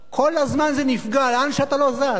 כל הזמן זה נפגע, לאן שאתה לא זז.